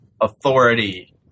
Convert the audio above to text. authority